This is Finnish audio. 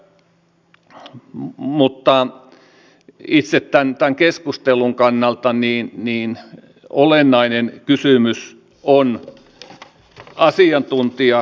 mutta itse tämän keskustelun kannalta olennainen kysymys on seuraava